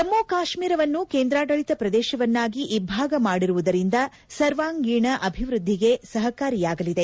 ಜಮ್ಮ ಕಾಶ್ಮೀರವನ್ನು ಕೇಂದ್ರಾಡಳಿತ ಪ್ರದೇಶವನ್ನಾಗಿ ಇಬ್ಭಾಗ ಮಾಡಿರುವುದರಿಂದ ಸರ್ವಾಂಗೀಣ ಅಭಿವ್ಯದ್ಧಿಗೆ ಸಪಕಾರಿಯಾಗಲಿದೆ